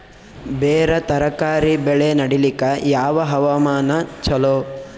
ಬೇರ ತರಕಾರಿ ಬೆಳೆ ನಡಿಲಿಕ ಯಾವ ಹವಾಮಾನ ಚಲೋ?